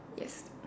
yes